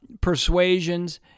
persuasions